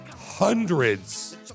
hundreds